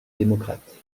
démocrate